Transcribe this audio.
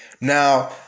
now